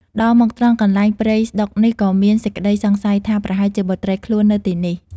ដល់មកត្រង់កន្លែងព្រៃស្ដុកនេះ ក៏មានសេចក្ដីសង្ស័យថា ប្រហែលជាបុត្រីខ្លួននៅទីនេះ។